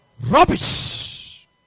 Rubbish